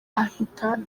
ahita